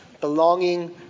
belonging